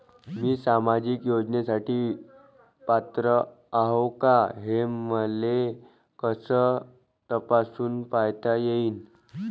मी सामाजिक योजनेसाठी पात्र आहो का, हे मले कस तपासून पायता येईन?